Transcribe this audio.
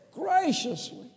graciously